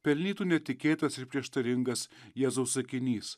pelnytų netikėtas ir prieštaringas jėzaus sakinys